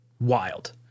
wild